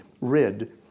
rid